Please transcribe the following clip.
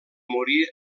morí